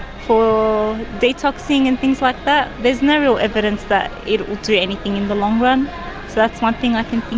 for detoxing and things like that. there's no real evidence that it will do anything in the long run. so that's one thing i can think